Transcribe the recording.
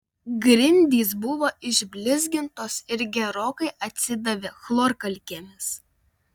grindys buvo išblizgintos ir gerokai atsidavė chlorkalkėmis